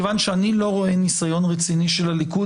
מכיוון שאני לא רואה ניסיון לא רואה ניסיון רציני של הליכוד,